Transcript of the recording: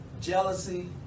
jealousy